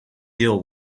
deal